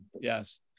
Yes